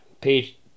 page